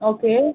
okay